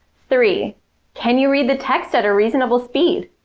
three can you read the text at a reasonable speed?